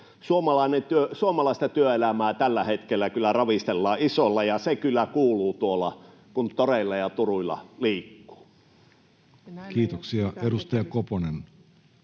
Suomalaista työelämää tällä hetkellä kyllä ravistellaan isosti, ja se kyllä kuuluu, kun tuolla toreilla ja turuilla liikkuu. Kiitoksia. — Edustaja Koponen,